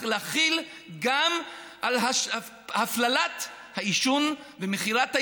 ולהחיל אותו גם על הפללת העישון ומכירת העישון,